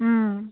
ம்